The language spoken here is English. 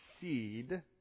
seed